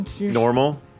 normal